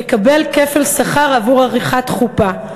יקבל כפל שכר עבור עריכת חופה,